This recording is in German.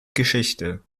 geschichte